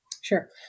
Sure